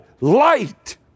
light